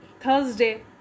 Thursday